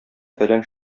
фәлән